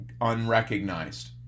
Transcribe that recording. unrecognized